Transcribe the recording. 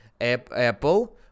Apple